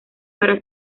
para